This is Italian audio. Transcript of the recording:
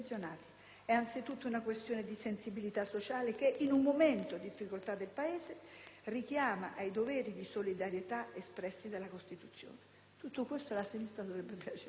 È anzitutto una questione di sensibilità sociale che, in un momento di difficoltà per il Paese, richiama ai doveri di solidarietà espressi dalla Costituzione; penso che tutto questo alla sinistra dovrebbe piacere.